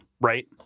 right